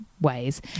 ways